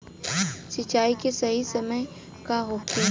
सिंचाई के सही समय का होखे?